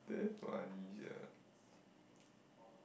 damn funny sia